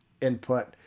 input